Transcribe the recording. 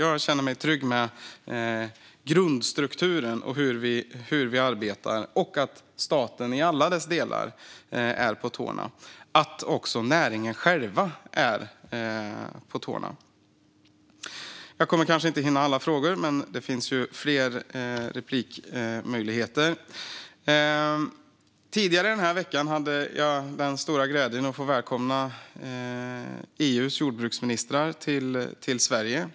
Jag känner mig trygg med grundstrukturen och hur vi arbetar och att staten i alla dess delar är på tårna och att också näringen själv är på tårna. Jag kommer kanske inte att hinna besvara alla frågor nu. Men det finns fler möjligheter i senare inlägg. Tidigare denna vecka hade jag den stora glädjen att få välkomna EU:s jordbruksministrar till Sverige.